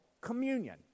communion